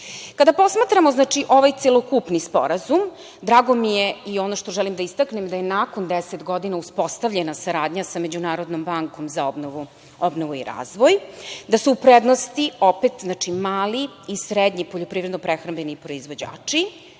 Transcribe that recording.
posmatramo ovaj celokupni sporazum, drago mi je i ono što želim da istaknem, da je nakon 10 godina uspostavljena saradnja sa međunarodnom bankom za obnovu i razvoj, da su u prednosti opet mali i srednji poljoprivredno prehrambeni proizvođači,